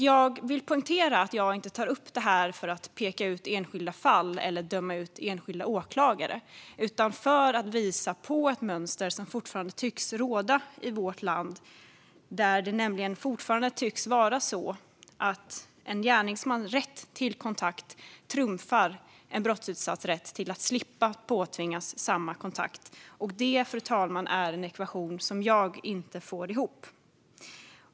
Jag vill poängtera att jag inte tar upp det här för att peka ut enskilda fall eller döma ut enskilda åklagare utan för att visa på ett mönster som fortfarande tycks råda i vårt land. Det tycks fortfarande vara så att en gärningsmans rätt till kontakt trumfar en brottsutsatts rätt att slippa påtvingas samma kontakt. Detta, fru talman, är en ekvation som jag inte får ihop.